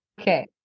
Okay